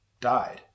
died